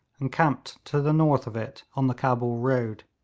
and camped to the north of it on the cabul road.